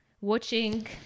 Watching